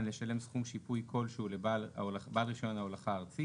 לשלם סכום שיפוי כלשהו לבעל רישיון ההולכה הארצי,